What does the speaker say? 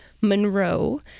Monroe